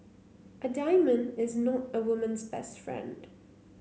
a diamond is not a woman's best friend